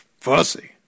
fussy